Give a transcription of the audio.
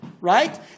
right